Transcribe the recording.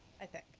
i think.